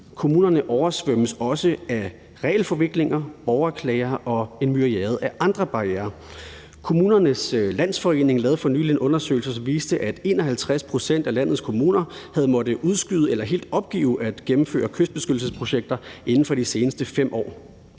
Kommunerne oversvømmes også af regelforviklinger, borgerklager og en myriade af andre barrierer. Kommunernes Landsforening lavede for nylig en undersøgelse, som viste, at 51 pct. af landets kommuner havde måttet udskyde eller helt opgive at gennemføre kystbeskyttelsesprojekter inden for de seneste 5 år,